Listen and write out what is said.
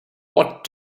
what